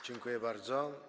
Dziękuję bardzo.